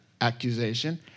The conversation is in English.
accusation